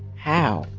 how?